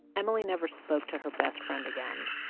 emily never spoke to her best friend again.